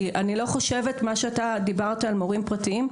מה שאתה דיברת על מורים פרטיים,